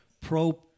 pro